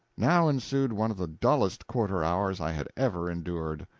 now ensued one of the dullest quarter-hours i had ever endured.